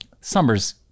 summer's